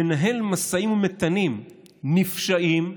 מנהל משאים ומתנים נפשעים,